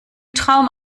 traum